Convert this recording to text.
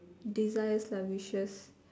desires lah wishes